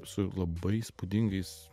su labai įspūdingais